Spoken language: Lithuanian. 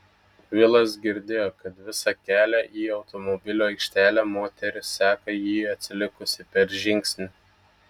vilas girdėjo kad visą kelią į automobilių aikštelę moteris seka jį atsilikusi per žingsnį